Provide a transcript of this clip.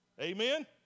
Amen